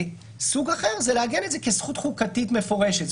סוג אחר זה לעגן את זה כזכות חוקתית מפורשת,